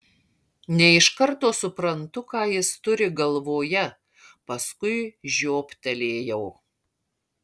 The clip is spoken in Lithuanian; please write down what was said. ne iš karto suprantu ką jis turi galvoje paskui žioptelėjau